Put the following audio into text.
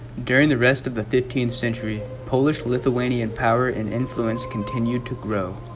during the rest of the fifteenth century polish lithuanian power and influence continued to grow